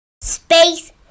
Space